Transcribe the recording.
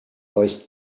does